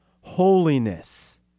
holiness